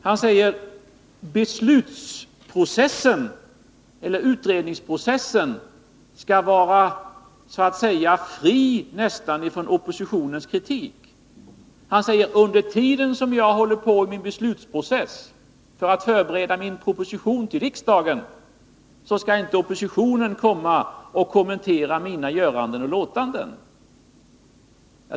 Han säger: Utredningsprocessen skall vara nästan fri från oppositionens kritik. Under tiden som jag håller på med beslutsprocessen för att förbereda min proposition till riksdagen skall inte oppositionen kommentera mina göranden och låtanden.